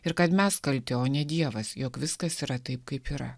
ir kad mes kalti o ne dievas jog viskas yra taip kaip yra